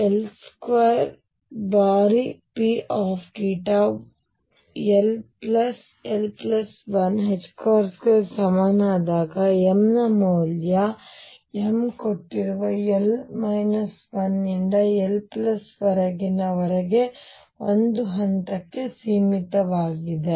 L2 ಬಾರಿ ಈ Pθ l l 1 2 Pθ ಗೆ ಸಮಾನವಾದಾಗ m ನ ಮೌಲ್ಯ m ಕೊಟ್ಟಿರುವ L 1 ಯಿಂದ L1 ವರೆಗಿನ ಒಂದು ಹಂತಕ್ಕೆ ಸೀಮಿತವಾಗಿದೆ